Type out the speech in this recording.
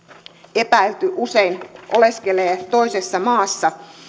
epäilty usein oleskelee toisessa maassa